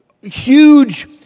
Huge